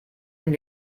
dem